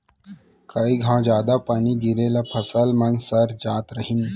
कई घौं जादा पानी गिरे ले फसल मन सर जात रहिन